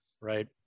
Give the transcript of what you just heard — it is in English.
right